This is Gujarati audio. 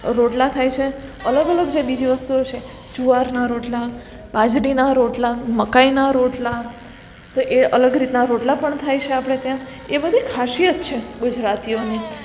રોટલા થાય છે અલગ અલગ જે બીજી વસ્તુઓ છે જુવારના રોટલા બાજરીના રોટલા મકાઈના રોટલા તો એ અલગ રીતના રોટલા પણ થાય છે આપણે ત્યાં એ બધી ખાસિયત છે ગુજરાતીઓની